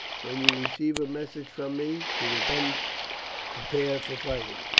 when you receive a message from me, to attend prepared for fighting.